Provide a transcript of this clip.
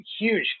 huge